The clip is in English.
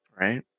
Right